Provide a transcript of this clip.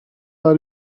are